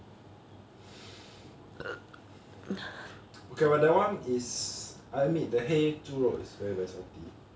okay that one I admit the 黑猪肉 is very very salty